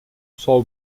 sol